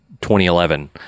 2011